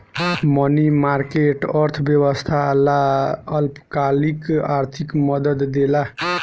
मनी market, अर्थव्यवस्था ला अल्पकालिक आर्थिक मदद देला